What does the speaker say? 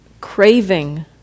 craving